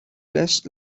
less